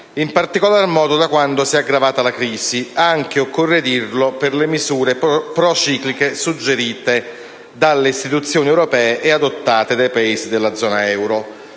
in particolar modo da quando si è aggravata la crisi, anche - occorre dirlo - per le misure procicliche suggerite dalle istituzioni europee e adottate dai Paesi della zona euro.